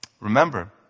Remember